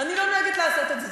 אני לא נוהגת לעשות את זה.